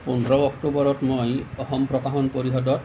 পোন্ধৰ অক্টোবৰত মই অসম প্ৰকাশন পৰিষদত